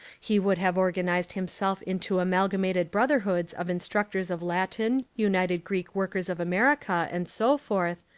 he would have organised himself into amalgamated brotherhoods of instructors of latin, united greek workers of america, and so forth,